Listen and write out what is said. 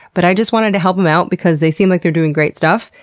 but i just wanted to help em out, because they seem like they're doing great stuff,